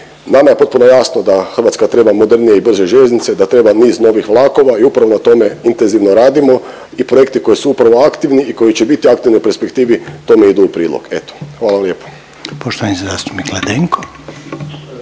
Nama je potpuno jasno da Hrvatska treba modernije i brže željeznice, a treba niz novih vlakova i upravo na tome intenzivno radimo i projekti koji su upravo aktivni i koji će biti aktivni u perspektivi tome idu u prilog, eto. Hvala lijepo.